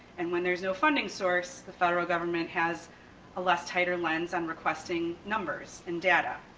and when there's no funding source, the federal government has a less tighter lens on requesting numbers and data.